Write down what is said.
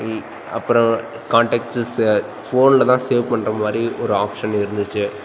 இ அப்புறம் காண்டேக்ட்ஸுசை ஃபோனில் தான் சேவ் பண்ணுற மாதிரி ஒரு ஆப்ஷன் இருந்துச்சு